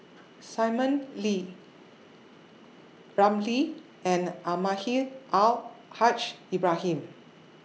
Simon Wee P Ramlee and Almahdi Al Haj Ibrahim